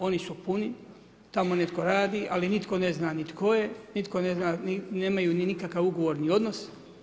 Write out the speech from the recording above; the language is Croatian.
Oni su puni, tamo netko radi, ali nitko ne zna ni tko je, nitko ne zna, nemaju nikakav ugovorni odnos.